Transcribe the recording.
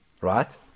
right